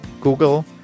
Google